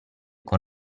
con